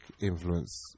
influence